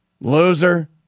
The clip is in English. loser